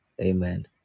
amen